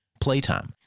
playtime